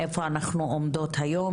איפה אנחנו עומדות היום,